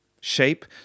shape